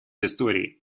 истории